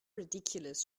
ridiculous